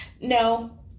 no